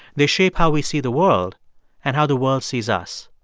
they shape how we see the world and how the world sees us.